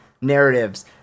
narratives